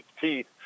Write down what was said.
teeth